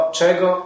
czego